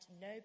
no